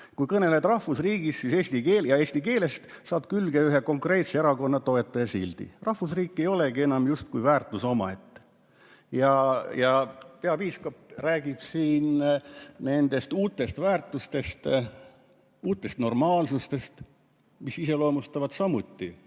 Kui kõneled rahvusriigist või eesti keelest, saad külge ühe konkreetse erakonna toetaja sildi. Rahvusriik ei olegi enam justkui väärtus omaette." Ja peapiiskop räägib siin nendest uutest väärtustest, uutest normaalsusest, mis iseloomustavad samuti